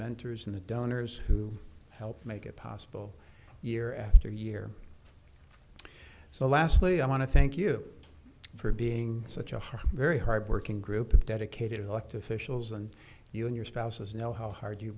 mentors and the donors who helped make it possible year after year so lastly i want to thank you for being such a hard very hard working group of dedicated elected officials and you and your spouses know how hard you